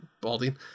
balding